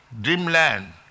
dreamland